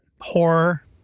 Horror